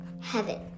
heaven